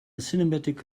cinematic